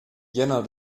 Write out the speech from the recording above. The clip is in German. jänner